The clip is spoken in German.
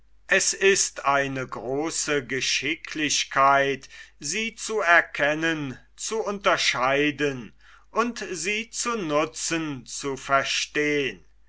es ist eine große geschicklichkeit sie zu erkennen zu unterscheiden und sie zu nutzen zu verstehen